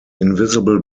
invisible